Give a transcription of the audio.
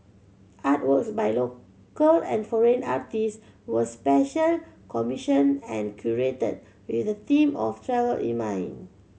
artworks by local and foreign artist was special commissioned and curated with the theme of travel in mind